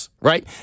Right